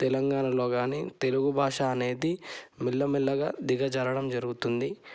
తెలంగాణలో కానీ తెలుగు భాష అనేది మెల్లమెల్లగా దిగజారడం జరుగుతుంది